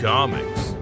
Comics